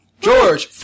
George